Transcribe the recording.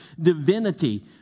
divinity